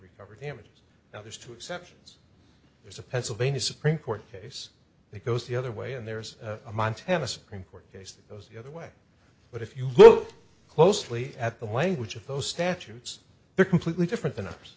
recover damages now there's two exceptions there's a pennsylvania supreme court case that goes the other way and there's a montana supreme court case that goes the other way but if you look closely at the language of those statutes they're completely different than